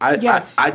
Yes